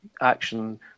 action